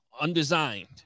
undesigned